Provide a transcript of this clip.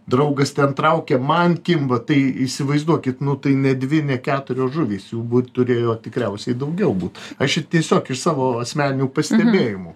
draugas ten traukia man kimba tai įsivaizduokit nu tai ne dvi ne keturios žuvys jų būt turėjo tikriausiai daugiau būt aš ir tiesiog iš savo asmeninių pastebėjimų